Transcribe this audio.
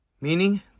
Meaning